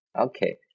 Okay